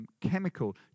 chemical